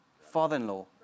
Father-in-law